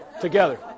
together